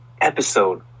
Episode